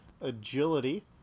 agility